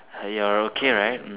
you're okay right